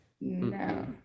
No